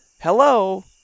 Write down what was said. hello